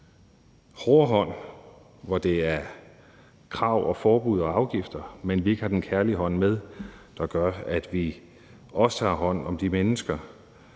hårde hånd, hvor det er krav, forbud og afgifter, men vi ikke har den kærlige hånd med, der gør, at vi også tager hånd om de mennesker,